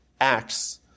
acts